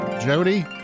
Jody